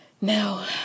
No